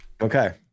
Okay